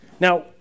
Now